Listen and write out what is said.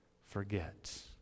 forget